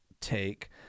take